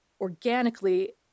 organically